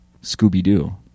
Scooby-Doo